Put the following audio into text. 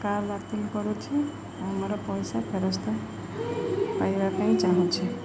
car ବାତିଲ କରୁଛି ଆ ଆମର ପଇସା ଫେରସ୍ତ ପାଇବା ପାଇଁ ଚାହୁଁଛି